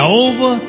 over